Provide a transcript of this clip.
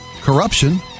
corruption